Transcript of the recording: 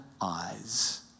eyes